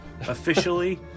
officially